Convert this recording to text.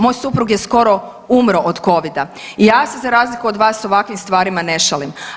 Moj suprug je skoro umro od covida i ja se za razliku od vas sa ovakvim stvarima ne šalim.